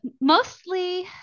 Mostly